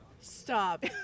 Stop